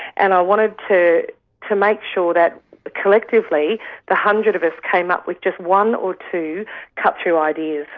and i wanted to to make sure that collectively the hundred of us came up with just one or two cut-through ideas.